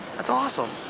that's awesome.